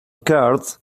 cards